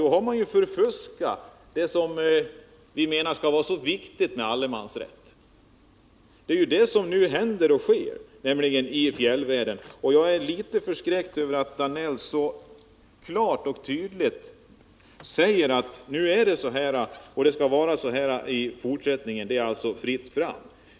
Då har man förfuskat det som vi menar skall vara så viktigt med allemansrätten — och det är det som nu händer i fjällvärlden. Jag ärlitet förskräckt över att Georg Danell så klart och tydligt säger att det nu är på detta sätt och att det så skall förbli också i fortsättningen — det är alltså fritt fram.